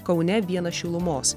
kaune vienas šilumos